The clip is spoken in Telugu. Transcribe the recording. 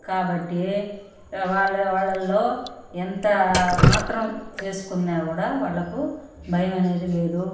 కాబట్టి వాళ్లు వాళ్లలో ఎంత మాత్రము చేసుకున్నా కూడా వాళ్ళకు భయం అనేది లేదు